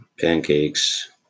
pancakes